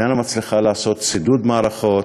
איננה מצליחה לעשות שידוד מערכות.